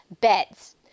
Beds